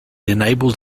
enables